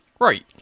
Right